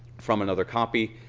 from another copy.